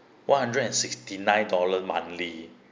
one hundred and sixty nine dollar monthly